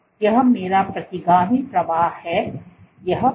तो यह मेरा प्रतिगामी प्रवाह है यह प्रवाह है